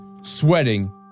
sweating